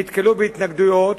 נתקלו בהתנגדויות.